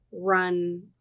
run